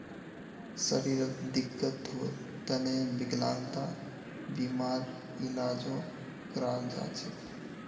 शरीरत दिक्कत होल तने विकलांगता बीमार इलाजो कराल जा छेक